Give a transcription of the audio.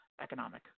economic